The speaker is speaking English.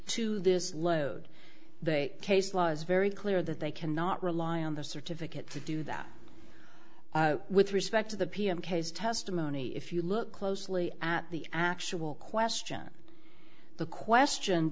to this load the case law is very clear that they cannot rely on the certificate to do that with respect to the pm case testimony if you look closely at the actual question the question